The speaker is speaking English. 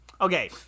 Okay